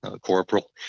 corporal